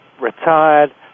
retired